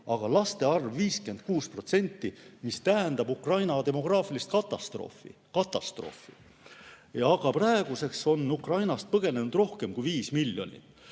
ja laste arv 56%. See tähendab Ukrainale demograafilist katastroofi. Katastroofi! Aga praeguseks on Ukrainast põgenenud rohkem kui 5 miljonit